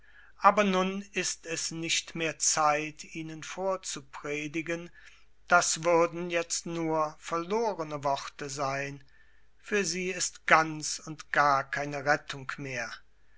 aber nun ist es nicht mehr zeit ihnen vorzupredigen das würden jetzt nur verlorene worte sein für sie ist ganz und gar keine rettung mehr